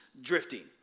drifting